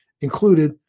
included